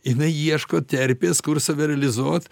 jinai ieško terpės kur save realizuot